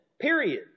Period